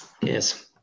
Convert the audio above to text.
yes